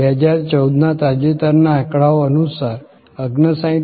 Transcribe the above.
2014ના તાજેતરના આંકડાઓ અનુસાર 59